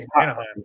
Anaheim